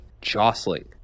jostling